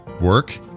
Work